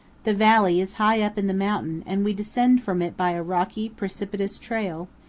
the valley is high up in the mountain and we descend from it by a rocky, precipitous trail,